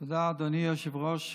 תודה, אדוני היושב-ראש.